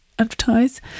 advertise